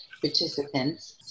participants